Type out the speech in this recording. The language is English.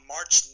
March